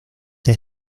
the